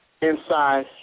inside